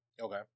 okay